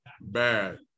Bad